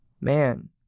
man